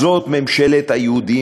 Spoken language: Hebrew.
הזאת ממשלת היהודים?